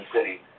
city